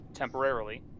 Temporarily